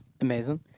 Amazing